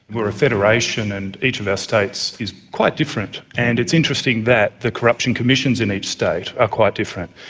we are federation and each of our states is quite different, and it's interesting that the corruption commissions in each state are quite different.